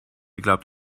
glaubt